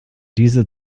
diese